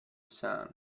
sun